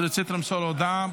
אתה רצית למסור הודעה.